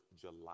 July